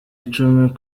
icumi